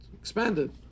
expanded